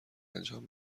انجام